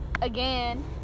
again